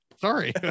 sorry